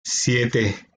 siete